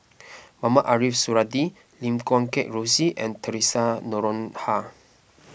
Mohamed Ariff Suradi Lim Guat Kheng Rosie and theresa Noronha